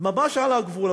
ממש על הגבול,